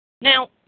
Now